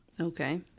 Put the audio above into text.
okay